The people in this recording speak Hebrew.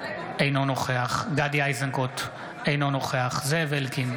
אינו נוכח גדי איזנקוט, אינו נוכח זאב אלקין,